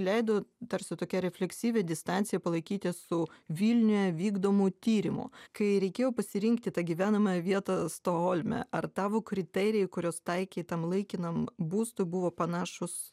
leido tarsi tokią refleksyvią distanciją palaikyti su vilniuje vykdomu tyrimu kai reikėjo pasirinkti tą gyvenamąją vietą stokholme ar tavo kriterijai kuriuos taikei tam laikinam būstui buvo panašūs